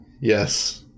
yes